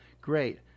great